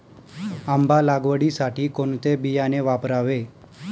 आंबा लागवडीसाठी कोणते बियाणे वापरावे?